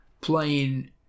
playing